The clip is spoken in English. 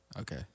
Okay